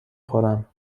خورم